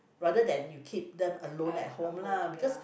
rather than you keep them alone at home lah because